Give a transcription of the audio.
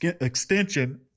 extension